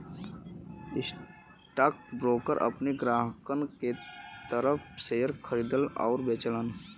stockbroker अपने ग्राहकन के तरफ शेयर खरीदलन आउर बेचलन